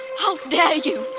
how dare you?